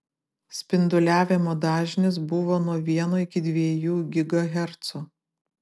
spinduliavimo dažnis buvo nuo vieno iki dviejų gigahercų